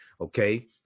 Okay